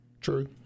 True